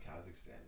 Kazakhstan